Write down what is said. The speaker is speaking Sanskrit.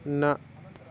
न